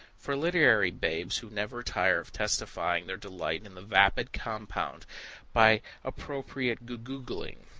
for literary babes who never tire of testifying their delight in the vapid compound by appropriate googoogling.